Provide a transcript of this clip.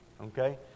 Okay